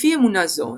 לפי אמונה זו,